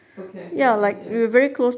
okay ya ya ya